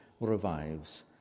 revives